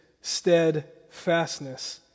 steadfastness